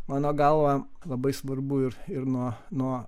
mano galva labai svarbu ir ir nuo nuo